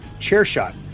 CHAIRSHOT